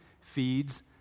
feeds